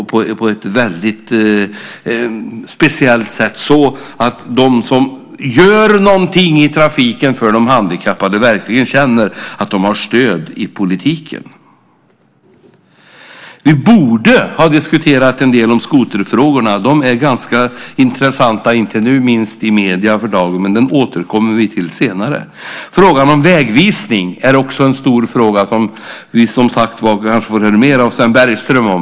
På så sätt kan de som gör något för de handikappade i trafiken verkligen känna att de har stöd i politiken. Vi borde ha diskuterat skoterfrågorna. De är intressanta, inte minst för dagen i medierna. Vi återkommer till dem senare. Frågan om vägvisning är också stor. Vi får höra mer av Sven Bergström.